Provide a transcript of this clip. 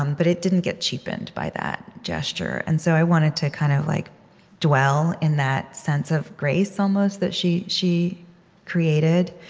um but it didn't get cheapened by that gesture. and so i wanted to kind of like dwell in that sense of grace, almost, that she she created.